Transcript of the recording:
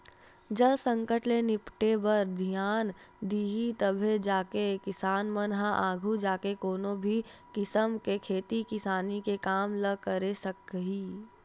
जल संकट ले निपटे बर धियान दिही तभे जाके किसान मन ह आघू जाके कोनो भी किसम के खेती किसानी के काम ल करे सकही